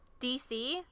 DC